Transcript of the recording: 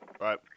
right